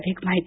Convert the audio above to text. अधिक माहिती